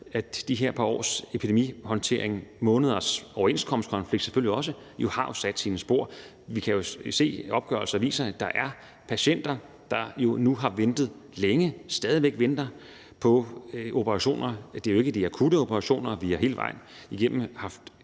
at de her par års epidemihåndtering og også måneders overenskomstkonflikt jo har sat sine spor. Opgørelser viser, at der er patienter, der nu har ventet længe og stadig væk venter på operationer. Det er jo ikke de akutte operationer, for vi har hele vejen igennem haft